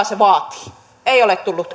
se vaatii ei ole tullut